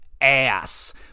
ass